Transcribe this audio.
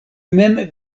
mem